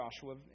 Joshua